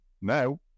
Now